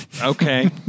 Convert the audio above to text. Okay